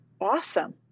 awesome